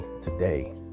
today